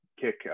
kick